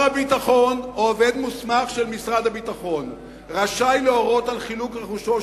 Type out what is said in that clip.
"שר הביטחון או עובד מוסמך של משרד הביטחון רשאי להורות על חילוט רכושו